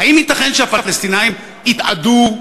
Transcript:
האם ייתכן שהפלסטינים יתאדו,